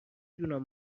دونم